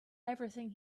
everything